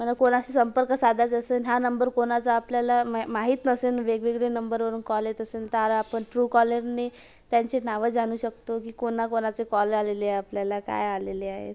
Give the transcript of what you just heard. मला कोणाशी संपर्क साधायचा असेल हा नंबर कोणाचा आपल्याला मा माहीत नसेन वेगवेगळे नंबरवरून कॉल येत असेल त्यावर आपण ट्रूकॉलरने त्यांचे नावं जाणू शकतो की कोणाकोणाचे कॉल आलेले आपल्याला काय आलेले आहेत